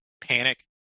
panic